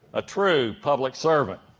a true public servant.